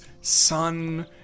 sun